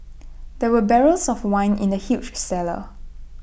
there were barrels of wine in the huge cellar